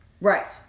Right